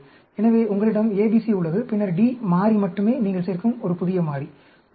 எனவே உங்களிடம் ABC உள்ளது பின்னர் D மாறி மட்டுமே நீங்கள் சேர்க்கும் ஒரு புதிய மாறி உண்மையில்